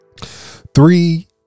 Three